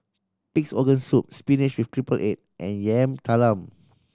Pig's Organ Soup spinach with triple egg and Yam Talam